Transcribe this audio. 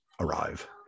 arrive